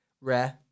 rare